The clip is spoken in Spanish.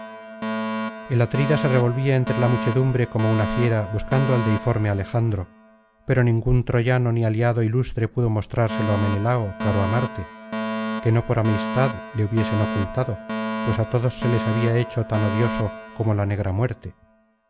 el atrida se revolvía entre ki muchedumbre como una fiera buscando al deiforme alejandro pero ningún troyano ni aliado ilustre pudo'mostrárselo á menelao caro á marte que no por amistad le hubiesen ocultado pues á todos se les había hecho tan odioso como la negra muerte